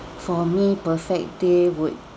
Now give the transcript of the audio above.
for me perfect day would